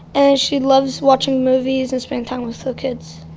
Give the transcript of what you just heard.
and she loves watching movies and spending time with her kids.